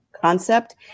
concept